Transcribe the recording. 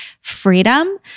freedom